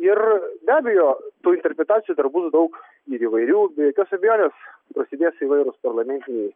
ir be abejo tų interpretacijų dar bus daug ir įvairių be jokios abejonės prasidės įvairūs parlamentiniai